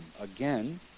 again